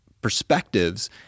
perspectives